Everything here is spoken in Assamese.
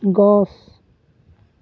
গছ